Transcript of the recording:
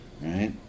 right